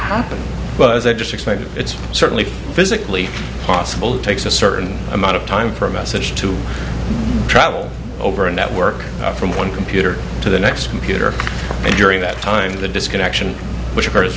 happen but as i just explained it's certainly physically possible takes a certain amount of time for a message to travel over a network from one computer to the next computer and during that time the disconnection which occurs